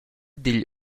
digl